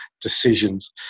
decisions